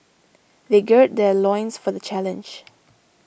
they gird their loins for the challenge